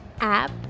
app